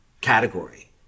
category